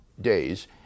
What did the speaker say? days